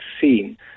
seen